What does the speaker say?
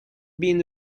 been